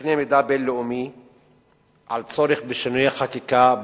בקנה מידה בין-לאומי על הצורך בשינויי חקיקה,